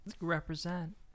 Represent